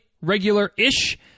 regular-ish